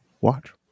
watch